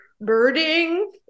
birding